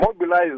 mobilize